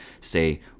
say